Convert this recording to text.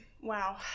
wow